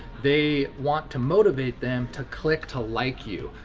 they want to motivate them to click to like you.